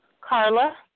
Carla